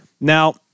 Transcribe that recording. Now